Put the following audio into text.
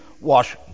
wash